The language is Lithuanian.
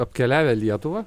apkeliavę lietuvą